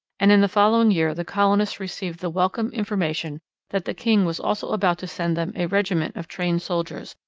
and in the following year the colonists received the welcome information that the king was also about to send them a regiment of trained soldiers,